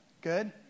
Good